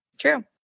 True